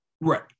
Right